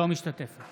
לא משתתפת